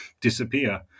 disappear